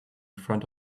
front